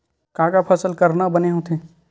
का का फसल करना बने होथे?